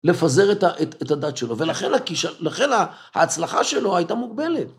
לפזר את ה..את הדת שלו, ולכן הכישל.. ההצלחה שלו הייתה מוגבלת.